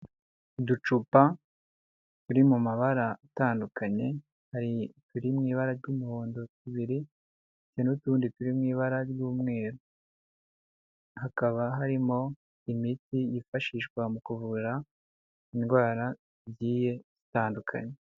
Uducupa turi mu mabara atandukanye, hari uturi mu ibara ry'umuhondo tubiri, hari n'utundi turi mu ibara ry'umweru. Hakaba harimo imiti yifashishwa mu kuvura indwaragiye zitandukanye.